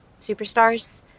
superstars